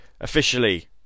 officially